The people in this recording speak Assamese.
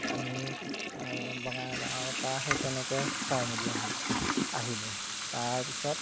আমি বঙাইগাঁৱৰপৰা সেই তেনেকৈ চাই মেলি আহোঁ আহিলোঁ তাৰপিছত